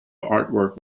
artwork